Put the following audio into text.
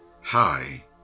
hi